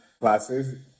classes